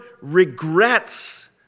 regrets